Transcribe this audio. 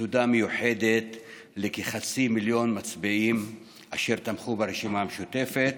בתודה מיוחדת לכחצי מיליון מצביעים אשר תמכו ברשימה המשותפת